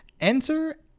Enter